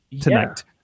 tonight